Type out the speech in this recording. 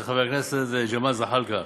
של חבר הכנסת ג'מאל זחאלקה.